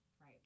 Right